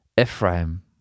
Ephraim